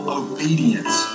obedience